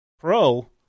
pro